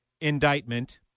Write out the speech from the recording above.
indictment